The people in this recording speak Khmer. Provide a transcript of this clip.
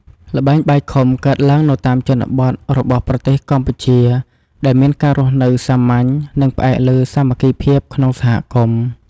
ល្បែងបាយខុំកើតឡើងនៅតាមជនបទរបស់ប្រទេសកម្ពុជា ដែលមានការរស់នៅសាមញ្ញ និងផ្អែកលើសាមគ្គីភាពក្នុងសហគមន៍។